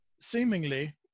seemingly